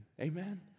Amen